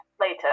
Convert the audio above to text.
later